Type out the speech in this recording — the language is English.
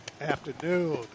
afternoon